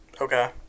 Okay